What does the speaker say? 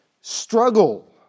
struggle